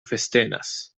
festenas